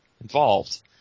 involved